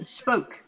spoke